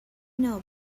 know